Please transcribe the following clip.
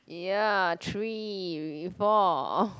ya three four